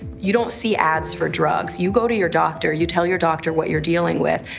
you don't see ads for drugs. you go to your doctor, you tell your doctor what you're dealing with,